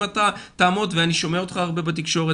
אם אתה תעמוד ואני שומע אותך הרבה בתקשורת,